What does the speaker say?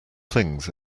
things